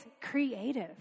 creative